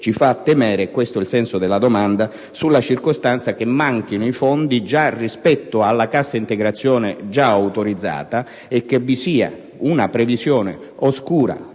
vuol essere anche il senso della mia domanda - sulla circostanza che manchino i fondi rispetto alla cassa integrazione già autorizzata, e che vi sia una previsione oscura